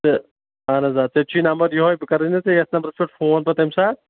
تہٕ اہن حظ آ ژےٚ تہِ چھُے نمبر یہوے بہٕ کَرَے نہ ژےٚ یَتھ نمبرَس پٮ۪ٹھ فون پَتہٕ تَمہِ ساتہٕ